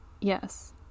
Yes